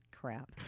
crap